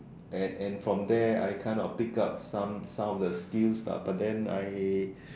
and and from there I kind of picked up some some of the skills lah but then I